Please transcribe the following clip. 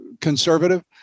conservative